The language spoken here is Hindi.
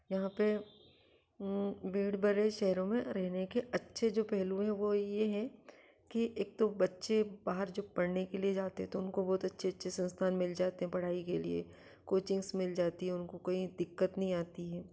यहाँ पर बड़े बड़े शहरों में रहने के अच्छे जो पहलू हैं वो यह है कि एक तो बच्चे बाहर जो पढ़ने के लिए जाते थे उनको बहुत अच्छे अच्छे संस्थान मिल जाते हैं पढ़ाई के लिए कोचिंग्स मिल जाती हैं उनको कोई दिक्कत नहीं आती है